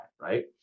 Right